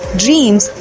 dreams